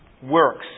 Works